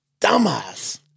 dumbass